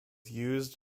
used